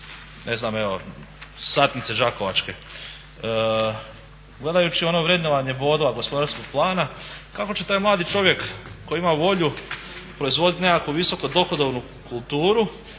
ne znam evo satnice đakovačke. Gledajući ono vrednovanje bodova gospodarskog plana kako će taj mladi čovjek koji ima volju proizvoditi nekako visoko dohodovnu kulturu,